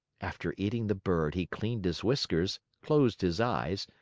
after eating the bird, he cleaned his whiskers, closed his eyes,